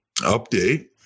update